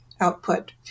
Output